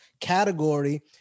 category